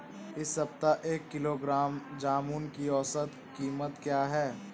इस सप्ताह एक किलोग्राम जामुन की औसत कीमत क्या है?